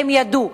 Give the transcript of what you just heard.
הם ידעו.